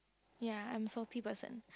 ya I'm a salty person